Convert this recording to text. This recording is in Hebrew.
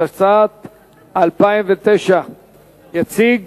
התשס"ט 2009. יציג